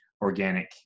organic